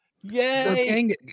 Yay